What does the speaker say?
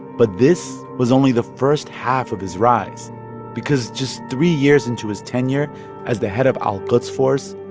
but this was only the first half of his rise because just three years into his tenure as the head of al-quds force,